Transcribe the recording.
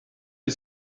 est